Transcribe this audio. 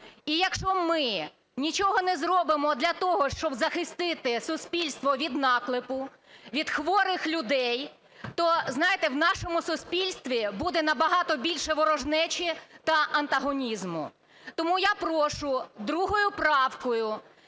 і якщо ми нічого не зробимо для того, щоб захистити суспільство від наклепу, від хворих людей, то, знаєте, в нашому суспільстві буде набагато більше ворожнечі та антагонізму. Тому я прошу другою правкою